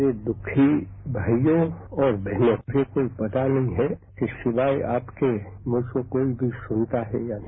मेरे दुखी भाइयों और बहनों मुझे तो पता नहीं है कि सिवाए आपके मुझे कोई भी सुनता है या नहीं